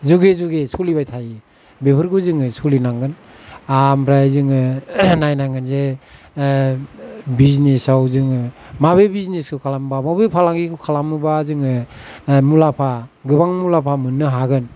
जुगे जुगे सोलिबाय थायो बेफोरखौ जोङो सोलिनांगोन ओमफ्राय जोङो नायनांगोन जे बिजनेसाव जोङो माबे बिजनेसखौ खालामबा बबे फालांगिखौ खालामोबा जोङो मुलाम्फा गोबां मुलाम्फा मोन्नो हागोन